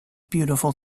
beautiful